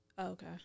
Okay